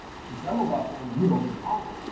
see some of our family we don't get along with,